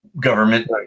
government